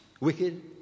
Wicked